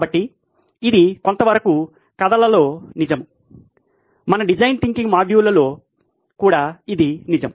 కాబట్టి ఇది కొంతవరకు కథలలో నిజం మన డిజైన్ థింకింగ్ మాడ్యూల్తో కూడా ఇది నిజం